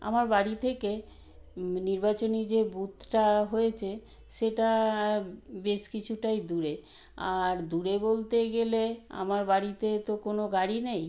আমার বাড়ি থেকে নির্বাচনী যে বুথটা হয়েচে সেটা বেশ কিচুটাই দূরে আর দূরে বলতে গেলে আমার বাড়িতে তো কোনো গাড়ি নেই